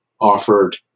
offered